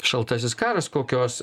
šaltasis karas kokios